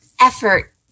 effort